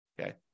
Okay